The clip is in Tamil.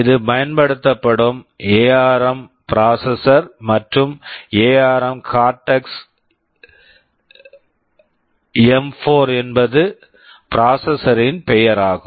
இது பயன்படுத்தப்படும் எஆர்எம் ARM ப்ராசசர் processor மற்றும் ARM Cortex M 4 ARM Cortex M4 என்பது ப்ராசசர் processor ன் பெயர் ஆகும்